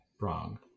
wrong